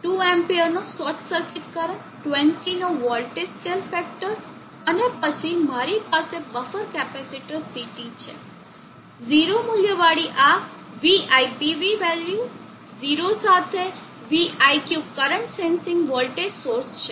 2 એમ્પ્સનો short circuit current 20 નો voltage scale factor અને પછી મારી પાસે બફર કેપેસિટર CT છે 0 મૂલ્યવાળી આ VIPV વેલ્યુ 0 સાથે VIQ current sensing voltage source છે